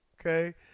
okay